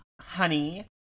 honey